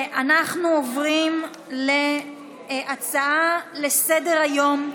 אנחנו עוברים להצעה לסדר-היום,